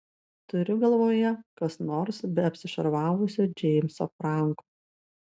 turiu galvoje kas nors be apsišarvavusio džeimso franko